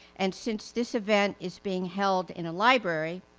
and since this event is being held in a library,